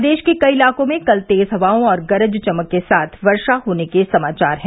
प्रदेश के कई इलाकों में कल तेज हवाओं और गरज चमक के साथ वर्षा के समाचार हैं